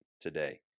today